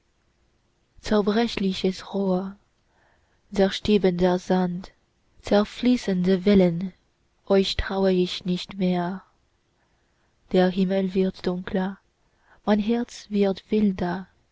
zerbrechliches rohr zerstiebender sand zerfließende wellen euch trau ich nicht mehr der himmel wird dunkler mein herz wird wilder